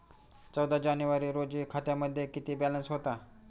चौदा जानेवारी रोजी खात्यामध्ये किती बॅलन्स होता?